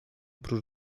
prócz